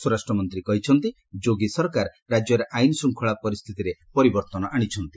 ସ୍ୱରାଷ୍ଟ୍ର ମନ୍ତ୍ରୀ କହିଛନ୍ତି ଯୋଗୀ ସରକାର ରାଜ୍ୟରେ ଆଇନ ଶ୍ରୂଙ୍ଖଳା ପରିସ୍ଥିତିରେ ପରିବର୍ତ୍ତନ ଆଣିଛନ୍ତି